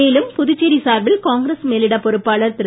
மேலும் புதுச்சேரி சார்பில் காங்கிரஸ் மேலிட பொறுப்பாளர் திரு